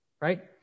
Right